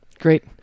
great